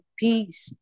peace